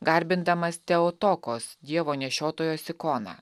garbindamas teotokos dievo nešiotojos ikoną